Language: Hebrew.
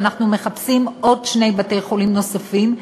ואנחנו מחפשים שני בתי-חולים נוספים.